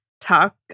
talk